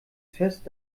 fest